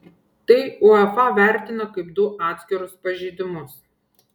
tai uefa vertina kaip du atskirus pažeidimus